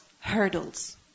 Hurdles